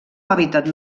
hàbitat